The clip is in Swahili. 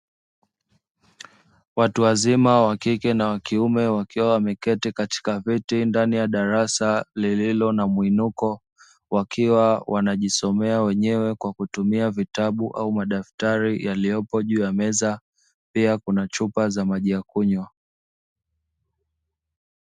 Watu wazima wa kike na kiume wakiwa wameketi katika viti ndani ya darasa lililo na mwinuko. Wakiwa wanajisomea wenyewe kwa kutumia vitabu au madaftari yaliyopo juu ya meza. Pia kuna chupa za maji ya kunywa.